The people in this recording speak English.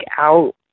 out